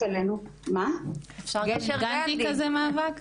אלינו--- אפשר גם על גשר גנדי כזה מאבק?